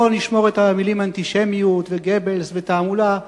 בואו נשמור את המלים "אנטישמיות" ו"גבלס" ו"תעמולה"